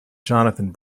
jonathan